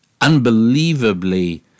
unbelievably